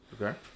Okay